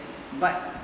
but